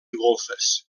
golfes